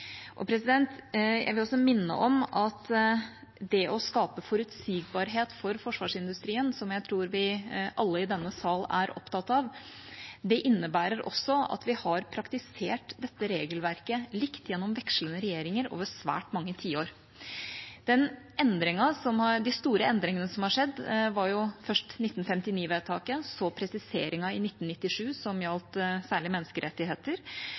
Jeg vil også minne om at det å skape forutsigbarhet for forsvarsindustrien, som jeg tror vi alle i denne sal er opptatt av, innebærer at vi har praktisert dette regelverket likt gjennom vekslende regjeringer, over svært mange tiår. De store endringene som har skjedd, var først 1959-vedtaket, så presiseringen i 1997, som gjaldt særlig menneskerettigheter,